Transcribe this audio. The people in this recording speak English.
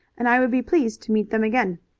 and i would be pleased to meet them again.